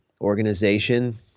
organization